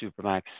Supermax